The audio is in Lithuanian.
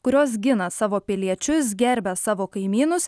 kurios gina savo piliečius gerbia savo kaimynus